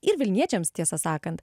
ir vilniečiams tiesą sakant